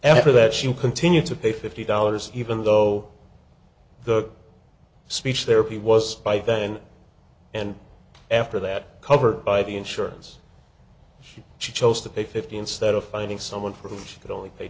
after that she continued to pay fifty dollars even though the speech therapy was by then and after that covered by the insurance she chose to pay fifty instead of finding someone for who she could only pay